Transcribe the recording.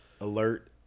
alert